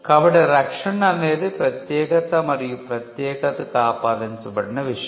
కాబట్టి రక్షణ అనేది ప్రత్యేకత మరియు ప్రత్యేకతకు ఆపాదించబడిన విషయం